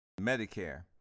Medicare